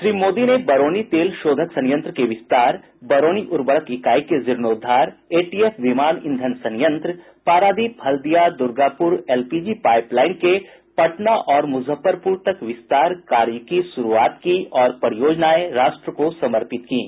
श्री मोदी ने बरौनी तेल शोधक संयंत्र के विस्तार बरौनी उर्वरक इकाई के जीर्णोद्वार ए टी एफ विमान ईंधन संयंत्र पारादीप हल्दिया दुर्गापुर एलपीजी पाइपलाइन के पटना और मुजफ्फरपुर तक विस्तार कार्य की शुरूआत की और परियोजनाए राष्ट्र को समर्पित कीं